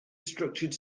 structured